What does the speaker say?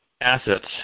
assets